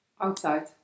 outside